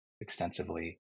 extensively